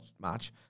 match